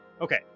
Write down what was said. okay